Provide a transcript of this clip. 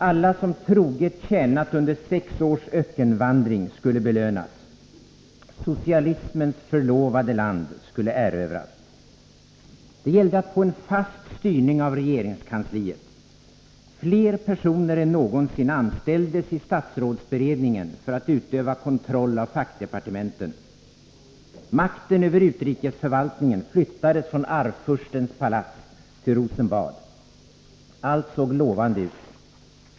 Alla som troget tjänat under sex års ökenvandring skulle belönas. Socialismens förlovade land skulle erövras. Det gällde att få en fast styrning av regeringskansliet. Fler personer än någonsin anställdes i statsrådsberedningen för att utöva kontroll av fackdepartementen. Makten över utrikesförvaltningen flyttades från Arvfurstens palats till Rosenbad. Allt såg lovande ut.